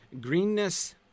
greenness